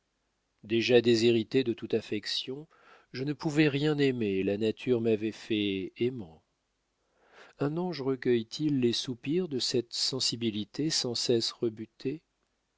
déjà déshérité de toute affection je ne pouvais rien aimer et la nature m'avait fait aimant un ange recueille t il les soupirs de cette sensibilité sans cesse rebutée